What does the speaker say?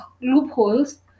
loopholes